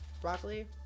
broccoli